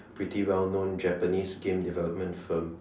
pretty well known Japanese game development firm